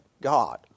God